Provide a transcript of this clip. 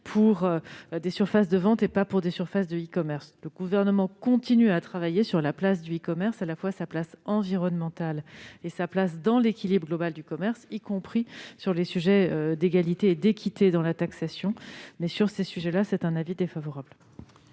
pour des surfaces de vente et non pour des surfaces de e-commerce. Le Gouvernement continue de travailler sur la place du e-commerce tant du point de vue environnemental que dans l'équilibre global du commerce, y compris sur les sujets d'égalité et d'équité dans la taxation. Pour ces raisons, le Gouvernement émet un avis défavorable